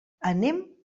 anem